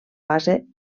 base